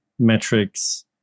metrics